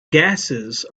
gases